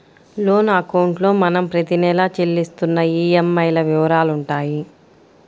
loan అకౌంట్లో మనం ప్రతి నెలా చెల్లిస్తున్న ఈఎంఐల వివరాలుంటాయి